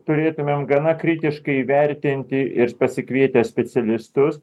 turėtumėm gana kritiškai įvertinti ir pasikvietę specialistus